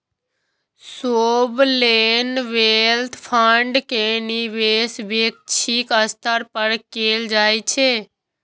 sovereign wealth fund के निवेश वैश्विक स्तर पर कैल जाइ छै